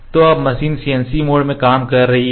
तो अब machine CNC mode में काम कर रही है